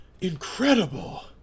Incredible